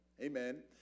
Amen